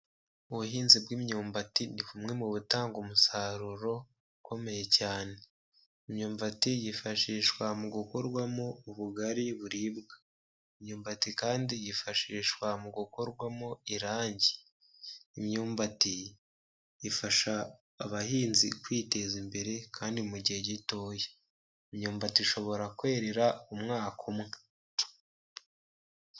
Ubuhinzi bw'imyumbati ni bumwe mu batanga umusaruro ukomeye cyane, imyumbati yifashishwa mu gukorwamo ubugari buribwa, imyumbati kandi yifashishwa mu gukorwamo irangi, imyumbati ifasha abahinzi kwiteza imbere kandi mu gihe gitoya, imyumbati ishobora kwerera umwaka umwe.